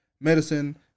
medicine